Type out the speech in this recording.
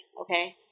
Okay